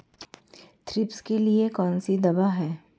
Thrips के लिए कौन सी दवा है?